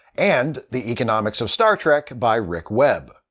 and the economics of star trek by rick webb.